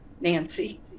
Nancy